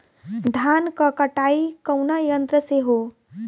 धान क कटाई कउना यंत्र से हो?